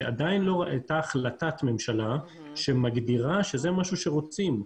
עדיין לא הייתה החלטת ממשלה שמגדירה שזה משהו שרוצים,